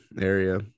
area